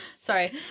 Sorry